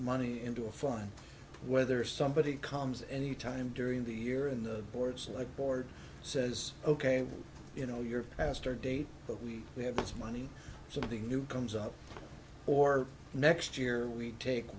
money into a fun whether somebody comes any time during the year in the boards like board says ok you know your pastor date but we have money something new comes up or next year we take